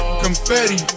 confetti